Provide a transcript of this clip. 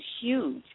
huge